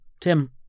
Tim